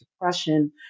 depression